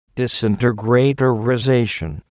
disintegratorization